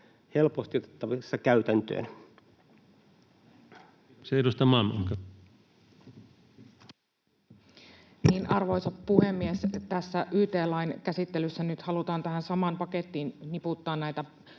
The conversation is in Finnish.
helposti otettavissa käytäntöön. Edustaja Malm, olkaa hyvä. Arvoisa puhemies! Tässä yt-lain käsittelyssä nyt halutaan tähän samaan pakettiin niputtaa näitä